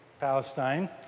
Palestine